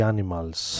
Animals